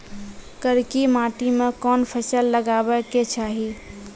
करकी माटी मे कोन फ़सल लगाबै के चाही?